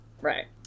right